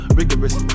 rigorous